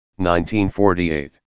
1948